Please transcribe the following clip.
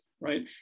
right